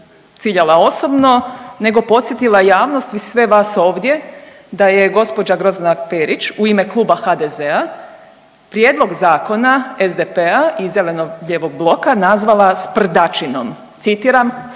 ciljala osobno nego podsjetila javnost i sve vas ovdje da je gđa. Grozdana Perić u ime Kluba HDZ-a prijedlog zakona SDP-a i zeleno-lijevog bloka nazvala sprdačinom, citiram